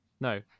No